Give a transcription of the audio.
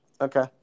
Okay